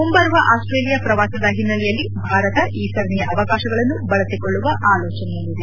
ಮುಂಬರುವ ಆಸ್ಟ್ರೇಲಿಯಾ ಪ್ರವಾಸದ ಹಿನ್ನೆಲೆಯಲ್ಲಿ ಭಾರತ ಈ ಸರಣಿಯ ಅವಕಾಶಗಳನ್ನು ಬಳಸಿಕೊಳ್ಳುವ ಆಲೋಚನೆಯಲ್ಲಿದೆ